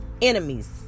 Enemies